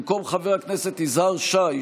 במקום חבר הכנסת יזהר שי,